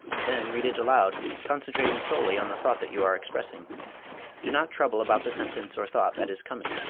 then read it aloud, concentrating solely on the thought that you are expressing do not trouble about the sentence or thought that is coming.